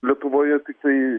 lietuvoje tiktai